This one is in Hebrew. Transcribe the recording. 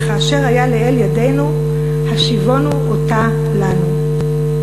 וכאשר היה לאל ידנו השיבונו אותה לנו".